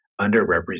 underrepresented